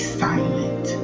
silent